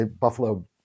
Buffalo